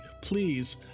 please